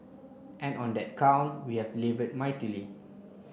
and on that count we have laboured mightily